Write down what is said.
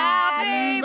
Happy